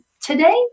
today